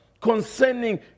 concerning